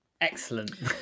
Excellent